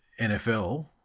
NFL